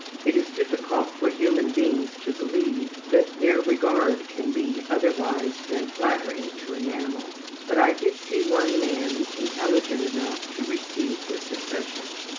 it is difficult for human beings to believe that their regard can be otherwise than flattering to an animal but i did see one man intelligent enough to receive this impression.